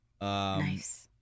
Nice